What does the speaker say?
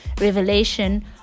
revelation